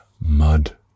Mud